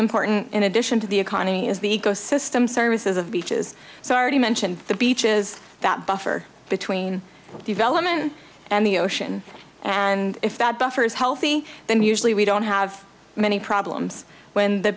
important in addition to the economy is the ecosystem services of beaches so i already mentioned the beaches that buffer between development and the ocean and if that buffer is healthy then usually we don't have many problems when the